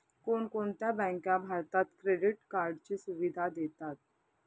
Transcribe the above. कोणकोणत्या बँका भारतात क्रेडिट कार्डची सुविधा देतात?